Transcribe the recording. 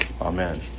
Amen